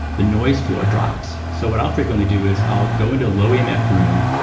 the noise floor drops. so, what i'll frequently do is i'll go into a low emf room.